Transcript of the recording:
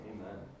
Amen